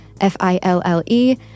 F-I-L-L-E